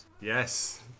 Yes